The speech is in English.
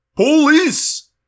Police